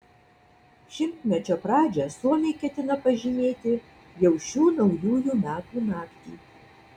šimtmečio pradžią suomiai ketina pažymėti jau šių naujųjų metų naktį